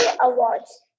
awards